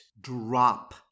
drop